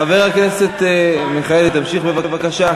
חבר הכנסת מיכאלי, תמשיך בבקשה.